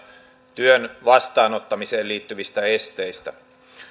työn vastaanottamiseen liittyvistä esteistä